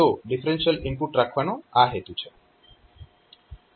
તો differential input રાખવાનો આ હેતુ છે